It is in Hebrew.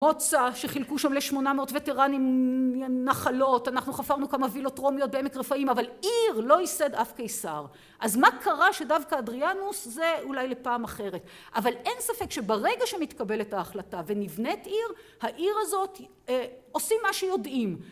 מוצא שחילקו שם לשמונה מאות וטרנים נחלות אנחנו חפרנו כמה וילות טרומיות בעמק רפאים אבל עיר לא ייסד אף קיסר אז מה קרה שדווקא אדריאנוס זה אולי לפעם אחרת אבל אין ספק שברגע שמתקבלת ההחלטה ונבנית עיר העיר הזאת עושים מה שיודעים